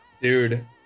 Dude